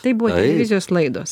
tai buvo televizijos laidos